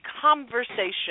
conversation